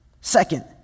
Second